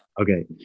Okay